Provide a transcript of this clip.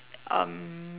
um